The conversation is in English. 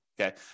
Okay